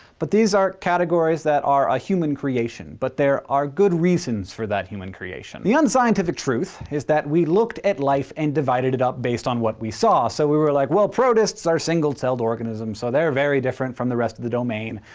but these are categories that are a human creation, but there are good reasons for that human creation. the unscientific truth is that we looked at life and divided it up based on what we saw. so we were like, well, protists are single-celled organisms, so, they're very different from the rest of the domain.